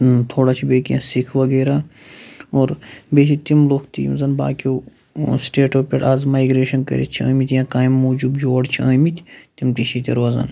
تھوڑا چھِ بیٚیہِ کینٛہہ سِکھ وغیرہ اور بیٚیہِ چھِ تِم لُکھ تہِ یِم زَن باقٕیو سِٹیٹو پٮ۪ٹھ آز مایگریشَن کٔرِتھ چھِ ٲمٕتۍ یا کامہِ موٗجوٗب یور چھِ ٲمٕتۍ تِم تہِ چھِ ییٚتہِ روزان